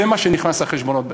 זה מה שנכנס לחשבונות,